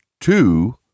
two